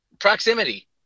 Proximity